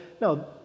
No